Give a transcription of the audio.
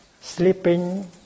Sleeping